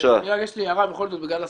יש לי הערה, בכל זאת בגלל הסטנוגרמות.